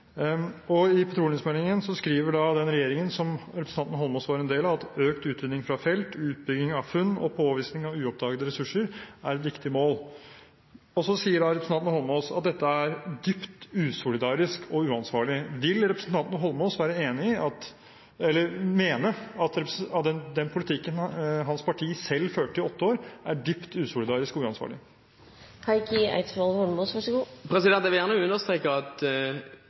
utvinningstillatelser. I petroleumsmeldingen skriver den regjeringen som representanten Eidsvoll Holmås var en del av, at økt utvinning fra felt, utbygging av funn og påvisning av uoppdagede ressurser er viktige mål. Og så sier representanten Eidsvoll Holmås at dette er dypt usolidarisk og uansvarlig. Mener representanten Eidsvoll Holmås at den politikken hans eget parti førte i åtte år, er dypt usolidarisk og uansvarlig? Jeg vil gjerne understreke at